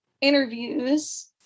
interviews